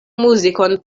muzikon